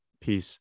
peace